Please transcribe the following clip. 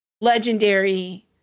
legendary